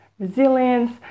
resilience